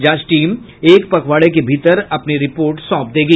जांच टीम एक पखवाड़े के भीतर अपनी रिपोर्ट सौंप देगी